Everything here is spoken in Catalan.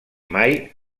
mai